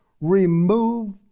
remove